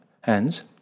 hands